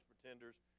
pretenders